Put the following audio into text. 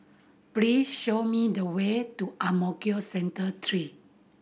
please show me the way to Ang Mo Kio Central Three